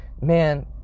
man